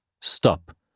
Stop